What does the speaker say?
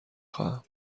خواهم